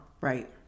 Right